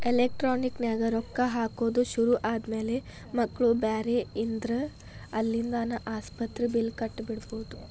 electronic ನ್ಯಾಗ ರೊಕ್ಕಾ ಹಾಕೊದ್ ಶುರು ಆದ್ಮ್ಯಾಲೆ ಮಕ್ಳು ಬ್ಯಾರೆ ಇದ್ರ ಅಲ್ಲಿಂದಾನ ಆಸ್ಪತ್ರಿ ಬಿಲ್ಲ್ ಕಟ ಬಿಡ್ಬೊದ್